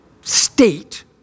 state